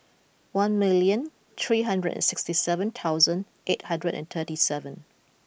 one million three hundred and sixty seven thousand eight hundred and thirty seven